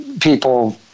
people